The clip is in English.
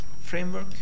framework